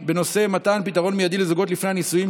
לסדר-היום הן בנושא: מתן פתרון מיידי לזוגות לפני הנישואים